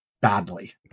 badly